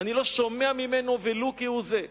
אני לא שומע ממנו, ולו כהוא זה.